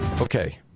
Okay